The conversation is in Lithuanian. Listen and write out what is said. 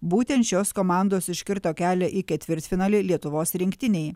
būtent šios komandos užkirto kelią į ketvirtfinalį lietuvos rinktinei